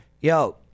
Yo